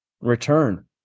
return